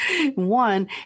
one